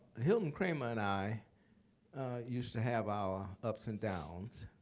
hilton kramer and i used to have our ups and downs.